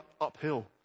uphill